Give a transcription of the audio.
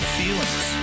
feelings